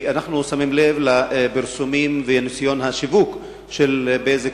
אנחנו שמים לב לפרסומים וניסיון השיווק של "בזק",